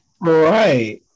Right